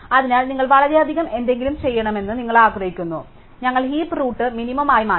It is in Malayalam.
അതിനാൽ നിങ്ങൾ വളരെയധികം എന്തെങ്കിലും ചെയ്യണമെന്ന് നിങ്ങൾ ആഗ്രഹിക്കുന്നു ഞങ്ങൾ ഹീപ്പ് റൂട്ട് മിനിമം ആയി മാറ്റണം